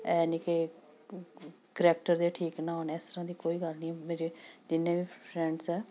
ਇਹ ਨਹੀਂ ਕਿ ਕਰੈਕਟਰ ਦੇ ਠੀਕ ਨਾ ਹੋਣ ਇਸ ਤਰ੍ਹਾਂ ਦੀ ਕੋਈ ਗੱਲ ਨਹੀਂ ਮੇਰੇ ਜਿੰਨੇ ਵੀ ਫਰੈਂਡਸ ਆ